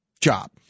job